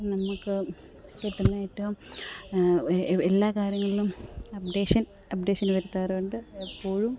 നമ്മൾക്ക് കിട്ടുന്ന ഏറ്റവും എല്ലാ കാര്യങ്ങളിലും അപ്ഡേഷന് അപ്ഡേഷന് വരുത്താറുണ്ട് എപ്പോഴും